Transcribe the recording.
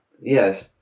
yes